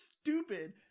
stupid